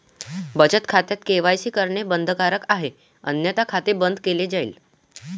बचत खात्यात के.वाय.सी करणे बंधनकारक आहे अन्यथा खाते बंद केले जाईल